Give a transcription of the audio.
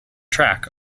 track